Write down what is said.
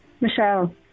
Michelle